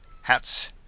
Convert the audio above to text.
Hats